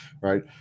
right